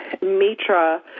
Mitra